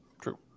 True